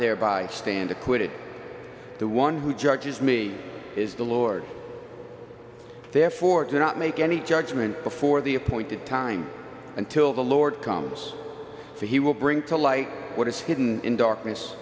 thereby stand acquitted the one who judges me is the lord therefore do not make any judgment before the appointed time until the lord comes for he will bring to light what is hidden in darkness